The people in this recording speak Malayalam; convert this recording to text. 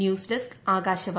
news desk Akashvani